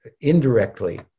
indirectly